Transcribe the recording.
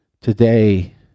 today